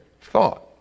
thought